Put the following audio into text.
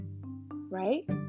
right